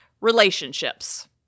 relationships